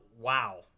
wow